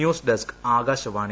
news desk Akashvani